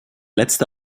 letzte